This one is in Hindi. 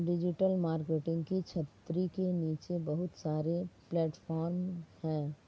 डिजिटल मार्केटिंग की छतरी के नीचे बहुत सारे प्लेटफॉर्म हैं